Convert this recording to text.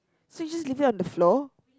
so you just leave it on the floor